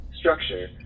Structure